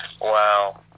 Wow